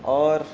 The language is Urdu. اور